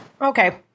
Okay